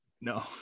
no